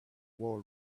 wall